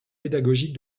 pédagogique